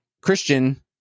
Christian